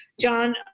John